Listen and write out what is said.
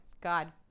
God